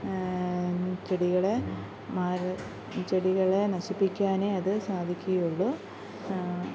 ചെടികളെ ചെടികളെ നശിപ്പിക്കാനേ അത് സാധിക്കുകയുള്ളൂ